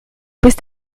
bist